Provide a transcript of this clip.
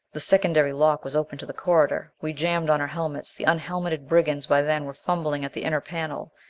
the secondary lock was open to the corridor. we jammed on our helmets. the unhelmeted brigands by then were fumbling at the inner panel.